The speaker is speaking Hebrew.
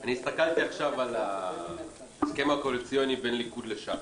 אני הסתכלתי עכשיו על ההסכם הקואליציוני בין הליכוד לש"ס.